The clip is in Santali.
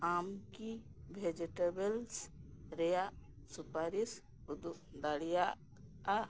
ᱟᱢᱠᱤ ᱵᱷᱮᱡᱤᱴᱮᱵᱚᱞᱥ ᱨᱮᱱᱟᱜ ᱥᱩᱯᱟᱨᱤᱥ ᱩᱫᱩᱜ ᱫᱟᱲᱤᱭᱟᱜᱼᱟ